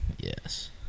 Yes